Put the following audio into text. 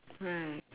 right